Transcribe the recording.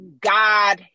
God